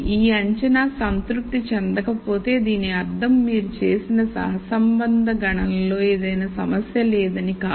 ఈ అంచనా సంతృప్తి చెందకపోతే దీని అర్థం మీరు చేసిన సహసంబంధ గణనలో ఏదైనా సమస్య లేదని కాదు